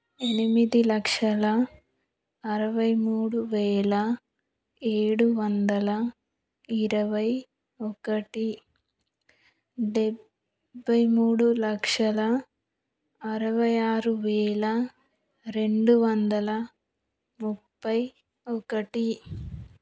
ఎనిమిది లక్షల అరవై మూడు వేల ఏడు వందల ఇరవై ఒకటి డెబ్భై మూడు లక్షల అరవై ఆరు వేల రెండు వందల ముప్పై ఒకటి